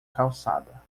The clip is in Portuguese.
calçada